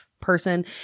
person